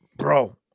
Bro